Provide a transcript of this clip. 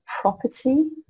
property